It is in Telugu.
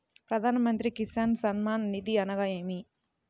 ప్రధాన మంత్రి కిసాన్ సన్మాన్ నిధి అనగా ఏమి?